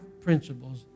principles